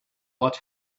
what